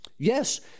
Yes